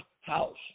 house